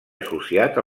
associat